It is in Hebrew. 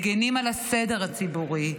מגינים על הסדר הציבורי,